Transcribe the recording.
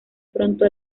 pronto